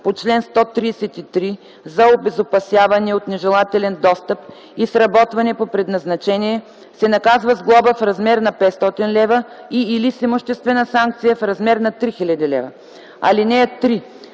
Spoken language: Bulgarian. по чл. 133 за обезопасяване от нежелателен достъп и сработване по предназначение, се наказва с глоба в размер на 500 лв. и/или с имуществена санкция в размер на 3000 лв. (3)